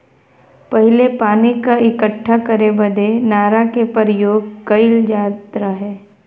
पहिले पानी क इक्कठा करे बदे नारा के परियोग कईल जात रहे